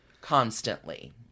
constantly